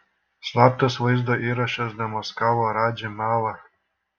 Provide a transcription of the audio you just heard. slaptas vaizdo įrašas demaskavo radži melą